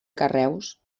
carreus